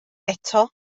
eto